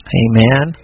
amen